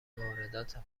واردات